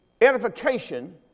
edification